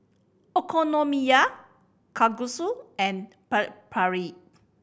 Okonomiyaki Kalguksu and Chaat Papri